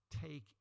take